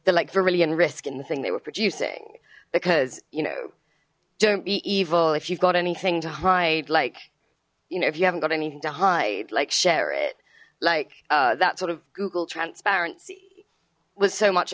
their like vermilion risk in the thing they were producing because you know don't be evil if you've got anything to hide like you know if you haven't got anything to hide like share it like that sort of google transparency was so much